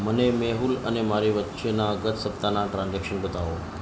મને મેહુલ અને મારી વચ્ચેના ગત સપ્તાહના ટ્રાન્ઝેક્શન બતાવો